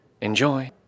Enjoy